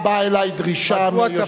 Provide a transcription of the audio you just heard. דרך אגב,